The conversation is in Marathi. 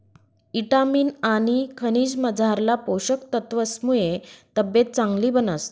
ईटामिन आनी खनिजमझारला पोषक तत्वसमुये तब्येत चांगली बनस